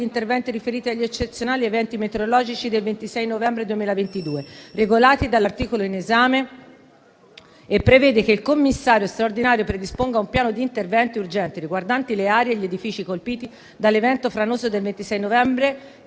interventi riferiti agli eccezionali eventi meteorologici del 26 novembre 2022 regolati dall'articolo in esame e prevede che il Commissario straordinario predisponga un piano di interventi urgenti riguardanti le aree e gli edifici colpiti dall'evento franoso del 26 novembre,